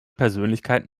persönlichkeit